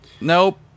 Nope